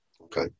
okay